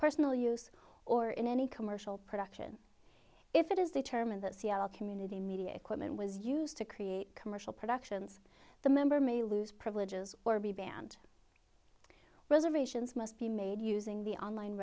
personal use or in any commercial production if it is determined that seattle community media equipment was used to create commercial productions the member may lose privileges or be banned well as of asians must be made using the online